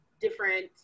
different